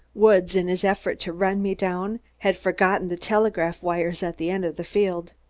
woods, in his effort to run me down, had forgotten the telegraph wires at the end of the field.